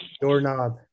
doorknob